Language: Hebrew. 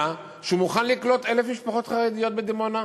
שהוא מוכן לקלוט 1,000 משפחות חרדיות בדימונה?